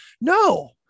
no